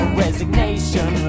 resignation